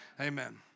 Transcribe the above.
Amen